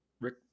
rick